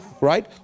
right